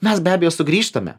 mes be abejo sugrįžtame